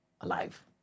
alive